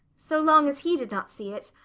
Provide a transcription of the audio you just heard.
so long as he did not see it.